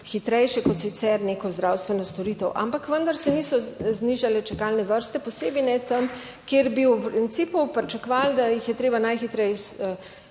hitrejše kot sicer neko zdravstveno storitev, ampak vendar se niso znižale čakalne vrste, posebej ne tam, kjer bi v principu pričakovali, da jih je treba najhitreje